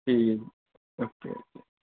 ठीक ऐ